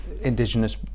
indigenous